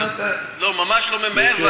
אני ממש לא ממהר,